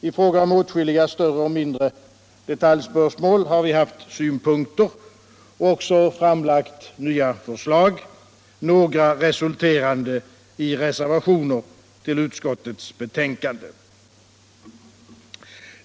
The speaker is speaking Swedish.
I fråga om åtskilliga större och mindre detaljspörsmål har vi haft synpunkter och också framlagt förslag, några resulterande i reservationer till utskottets betänkande.